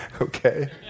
Okay